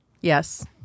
Yes